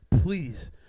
please